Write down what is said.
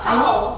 how